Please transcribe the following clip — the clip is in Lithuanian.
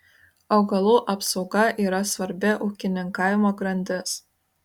augalų apsauga yra svarbi ūkininkavimo grandis